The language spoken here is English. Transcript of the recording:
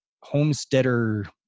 homesteader